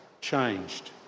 changed